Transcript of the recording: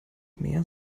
mehr